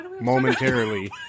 momentarily